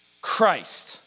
Christ